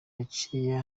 haciye